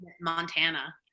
Montana